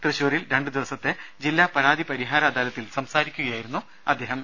തൃശൂരിൽ രണ്ടുദിവസത്തെ ജില്ലാ പരാതി പരി ഹാര അദാലത്തിൽ സംസാരിക്കുകയായിരുന്നു അദ്ദേഹം